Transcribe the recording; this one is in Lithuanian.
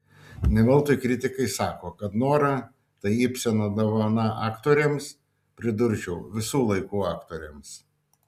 ne veltui kritikai sako kad nora tai ibseno dovana aktorėms pridurčiau visų laikų aktorėms